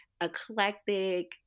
eclectic